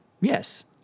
Yes